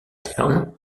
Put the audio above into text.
terme